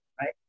right